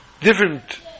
different